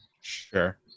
Sure